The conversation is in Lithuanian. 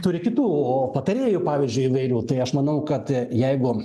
turi kitų o patarėjų pavyzdžiui įvairių tai aš manau kad jeigu